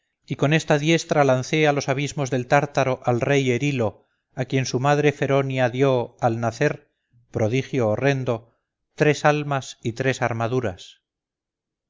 y con esta diestra lancé a los abismos del tártaro al rey erilo a quien su madre feronia dio al nacer prodigio horrendo tres almas y tres armaduras